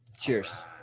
Cheers